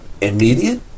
immediate